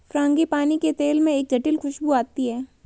frangipani के तेल में एक जटिल खूशबू आती है